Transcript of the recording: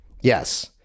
Yes